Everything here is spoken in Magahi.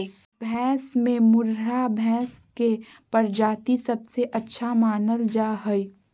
भैंस में मुर्राह भैंस के प्रजाति सबसे अच्छा मानल जा हइ